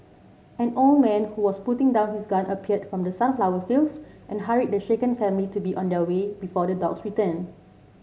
an old man who was putting down his gun appeared from the sunflower fields and hurried the shaken family to be on their way before the dogs return